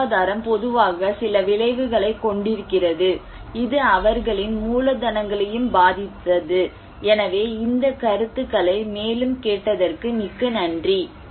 அந்த வாழ்வாதாரம் பொதுவாக சில விளைவுகளைக் கொண்டிருக்கிறது இது அவர்களின் மூலதனங்களையும் பாதித்தது எனவே இந்த கருத்துக்களை மேலும் கேட்டதற்கு மிக்க நன்றி